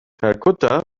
kalkutta